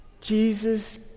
Jesus